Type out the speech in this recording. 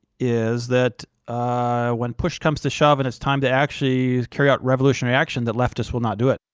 is that when push comes to shove and it's time to actually carry out revolutionary action that leftists will not do it,